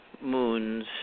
moon's